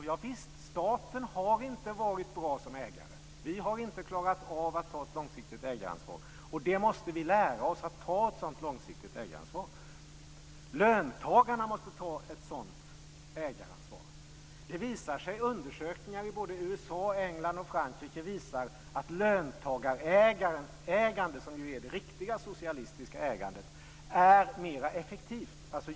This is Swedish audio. Javisst, staten har inte varit bra som ägare. Vi har inte klarat av att ta ett långsiktigt ägaransvar. Det måste vi lära oss att ta. Löntagarna måste ta ett sådant ägaransvar. Det visar sig i undersökningar i både USA, England och Frankrike att löntagarägande, som ju är det riktiga socialistiska ägandet, är mer effektivt.